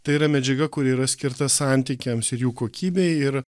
tai yra medžiaga kuri yra skirta santykiams ir jų kokybei ir